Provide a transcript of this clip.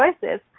Choices